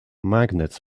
magnets